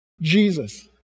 Jesus